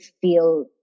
feel